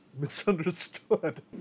misunderstood